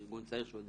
ארגון צעיר שעוד